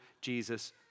Jesus